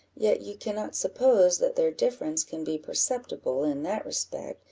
yet you cannot suppose that their difference can be perceptible, in that respect,